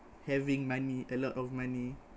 having money a lot of money